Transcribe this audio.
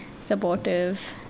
supportive